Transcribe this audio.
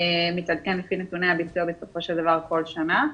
מתעדכן לפי נתוני הביצוע בסופו של דבר כל שנה.